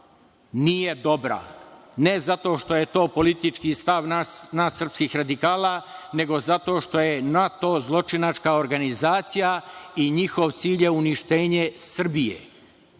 nije dobra, ne zato što je to politički stav nas srpskih radikala, nego zato što je NATO zločinačka organizacija i njihov cilj je uništenje Srbije.